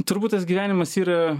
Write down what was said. turbūt tas gyvenimas yra